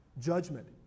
judgment